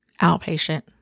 outpatient